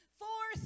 four